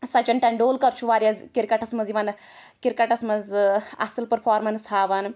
سچن ٹیٚنڈولکر چھُ واریاہ کِرکٹَس منٛز یِوان کِرکَٹَس منٛز ٲں اصٕل پٔرفارمیٚنٕس ہاوان